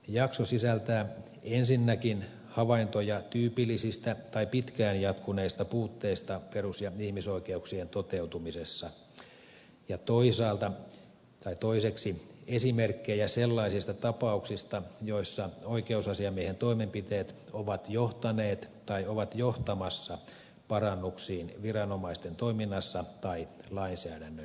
jakso sisältää ensinnäkin havaintoja tyypillisistä tai pitkään jatkuneista puutteista perus ja ihmisoikeuksien toteutumisessa ja toiseksi esimerkkejä sellaisista tapauksista joissa oikeusasiamiehen toimenpiteet ovat johtaneet tai ovat johtamassa parannuksiin viranomaisten toiminnassa tai lainsäädännön tilassa